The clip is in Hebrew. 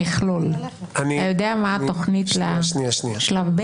אני מציע להפנות לשם,